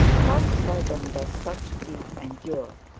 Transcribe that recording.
how seldom does such grief endure!